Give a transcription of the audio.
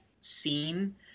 scene